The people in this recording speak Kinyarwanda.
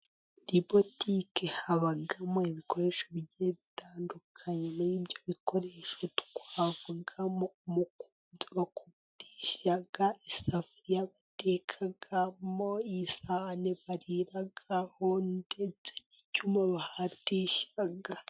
Muri butiki habamo ibikoresho bigiye bitandukanye. Ibyo bikoresho twavugamo umukubuzo bakuburisha, isafuriya batekamo, isahane bariraho, ndetse n’icyuma bahatisha.